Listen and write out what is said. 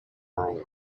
time